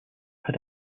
had